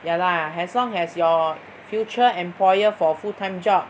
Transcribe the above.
ya lah as long as your future employer for full time job